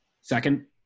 second